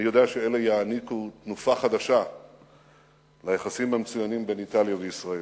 אני יודע שאלה יעניקו תנופה חדשה ביחסים המצוינים בין איטליה לישראל.